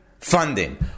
funding